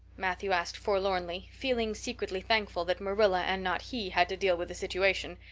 matthew asked forlornly, feeling secretly thankful that marilla and not he had to deal with the situation.